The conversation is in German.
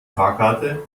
fahrkarte